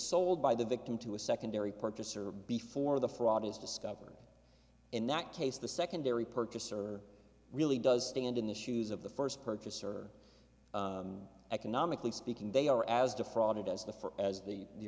sold by the victim to a secondary purchaser before the fraud is discovered in that case the secondary purchaser really does stand in the shoes of the first purchaser economically speaking they are as